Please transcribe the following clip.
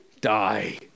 die